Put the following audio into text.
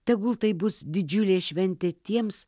tegul tai bus didžiulė šventė tiems